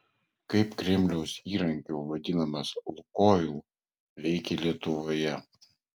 kaip kremliaus įrankiu vadinamas lukoil veikė lietuvoje